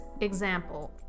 example